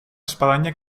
espadaña